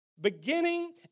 Beginning